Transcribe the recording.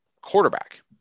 quarterback